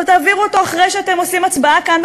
אבל תעבירו אותו אחרי שאתם עושים הצבעה כאן,